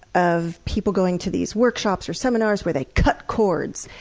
of people going to these workshops or seminars where they cut cords.